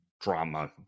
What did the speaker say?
drama